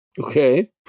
Okay